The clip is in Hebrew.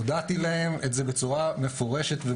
הודעתי להם את זה בצורה מפורשת וברורה.